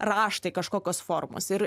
raštai kažkokios formos ir